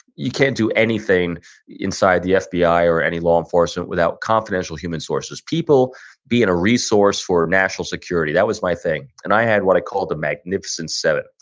you can't do anything inside the fbi or any law enforcement without confidential human sources. people being a resource for national security. that was my thing. and i had what i called the magnificent seven.